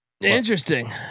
Interesting